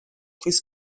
please